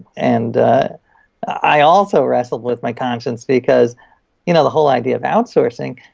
and ah i also wrestle with my conscience, because you know the whole idea of outsourcing,